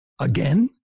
again